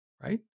right